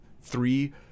three